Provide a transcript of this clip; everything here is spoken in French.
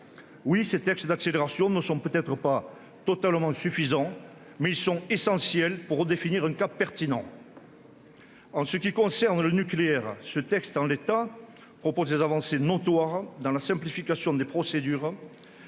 loi dits « d'accélération » ne sont peut-être pas complètement suffisants, mais ils sont essentiels pour redéfinir un cap pertinent. En ce qui concerne le nucléaire, ce texte, en l'état, comporte des avancées notoires en matière de simplification des procédures